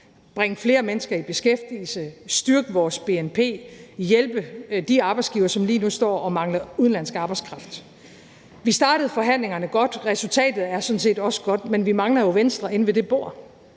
bringe flere mennesker i beskæftigelse, styrke vores bnp og hjælpe de arbejdsgivere, som lige nu står og mangler udenlandsk arbejdskraft. Vi startede forhandlingerne godt, og resultatet er sådan set også godt, men vi mangler jo Venstre inde ved det bord.